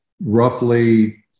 roughly